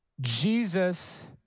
Jesus